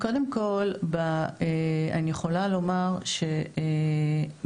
קודם כל אני יכולה לומר שבאירועים